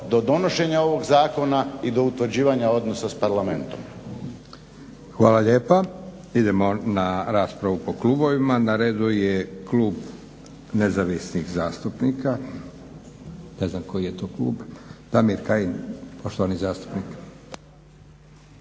do donošenja ovog zakona i do utvrđivanja odnosa s Parlamentom. **Leko, Josip (SDP)** Hvala lijepa. Idemo na raspravu po klubovima. Na redu je Klub nezavisnih zastupnika, Damir Kajin, poštovani zastupnik.